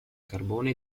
carbone